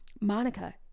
Monica